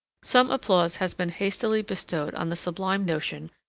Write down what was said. some applause has been hastily bestowed on the sublime notion,